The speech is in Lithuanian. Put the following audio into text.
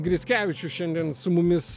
grickevičius šiandien su mumis